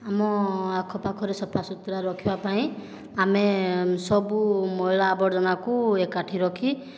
ଆମ ଆଖ ପାଖରେ ସଫାସୁତୁରା ରଖିବା ପାଇଁ ଆମେ ସବୁ ମଇଳା ଆବର୍ଜନାକୁ ଏକାଠି ରଖି